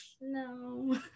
No